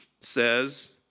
says